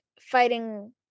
fighting